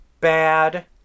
bad